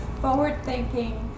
forward-thinking